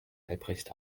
albrecht